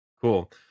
Cool